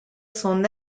son